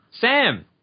Sam